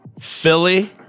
Philly